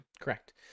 correct